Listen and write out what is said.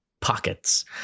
pockets